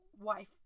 wife